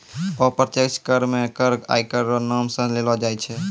अप्रत्यक्ष कर मे कर आयकर रो नाम सं लेलो जाय छै